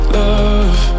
love